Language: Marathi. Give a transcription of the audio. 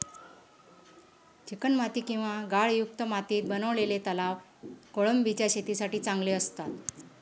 चिकणमाती किंवा गाळयुक्त मातीत बनवलेले तलाव कोळंबीच्या शेतीसाठी चांगले असतात